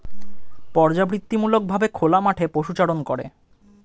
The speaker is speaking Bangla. পর্যাবৃত্তিমূলক ভাবে খোলা মাঠে পশুচারণ করে